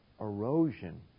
erosion